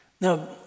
Now